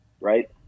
right